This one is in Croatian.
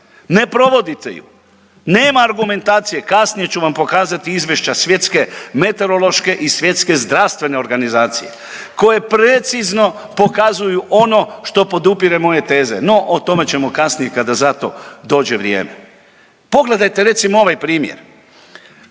Ne provodite ju, nema argumentacije, kasnije ću vam pokazati izvješće Svjetske meteorološke i Svjetske zdravstvene organizacije koje precizno pokazuju ono što podupire moje teze. No o tome ćemo kasnije kada za to dođe vrijeme. Pogledajte recimo ovaj primjer,